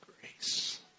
grace